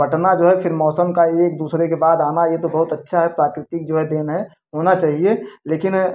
बंटना जो है फ़िर मौसम का एक दूसरे के बाद आना ये तो बहुत अच्छा है प्राकृतिक जो है देन है होना चाहिए लेकिन